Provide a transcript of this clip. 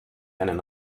einen